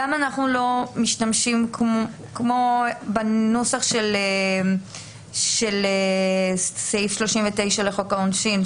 למה אנחנו לא משתמשים בנוסח של סעיף 39 לחוק העונשין?